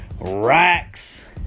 racks